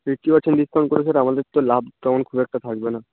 fifty percent discount করে তো sir আমাদের তো লাভ তেমন খুব একটা থাকবে না